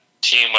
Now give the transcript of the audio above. team